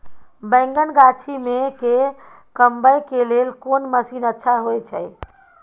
बैंगन गाछी में के कमबै के लेल कोन मसीन अच्छा होय छै?